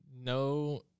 no